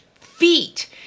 feet